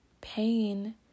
Pain